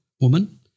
woman